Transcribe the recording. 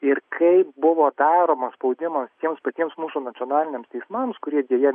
ir kaip buvo daromas spaudimas tiems patiems mūsų nacionaliniams teismams kurie deja